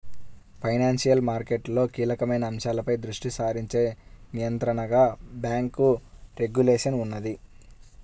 financial మార్కెట్లలో కీలకమైన అంశాలపై దృష్టి సారించే నియంత్రణగా బ్యేంకు రెగ్యులేషన్ ఉన్నది